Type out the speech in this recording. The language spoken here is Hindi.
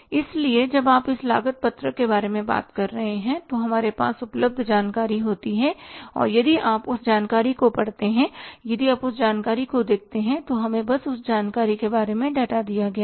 इसलिए जब आप इस लागत पत्रक के बारे में बात करते हैं तो हमारे साथ उपलब्ध जानकारी होती है और यदि आप इस जानकारी को पढ़ते हैं यदि आप इस जानकारी को देखते हैं तो हमें बस उस जानकारी के बारे में डेटा दिया जाता है